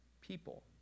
people